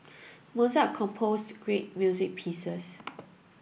Mozart composed great music pieces